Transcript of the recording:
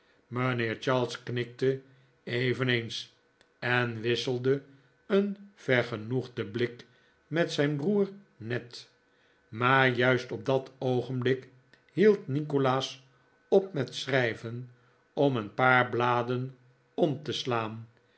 mijnheer charles knikte eveneens en wisselde een vergenoegden blik met zijn broer ned maar juist op dat oogenblik hield nikolaas op met schrijven om een paar bladen om te slaan